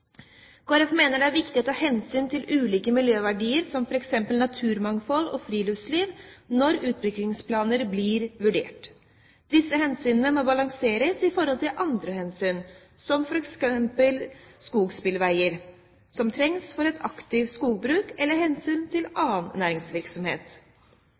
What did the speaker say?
Folkeparti mener det er viktig å ta hensyn til ulike miljøverdier som f.eks. naturmangfold og friluftsliv når utbyggingsplaner blir vurdert. Disse hensynene må balanseres i forhold til andre hensyn som f.eks. skogsbilveier, som trengs for et aktivt skogbruk, eller hensyn til